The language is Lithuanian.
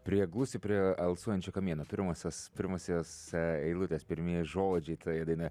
priglusti prie alsuojančio kamieno pirmosios pirmosios a eilutės pirmieji žodžiai toje dainoj